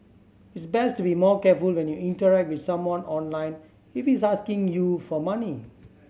it's best to be more careful when you interact with someone online if he's asking you for money